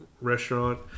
restaurant